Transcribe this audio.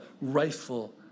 rightful